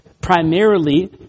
primarily